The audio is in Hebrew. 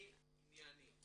אני ענייני.